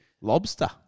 Lobster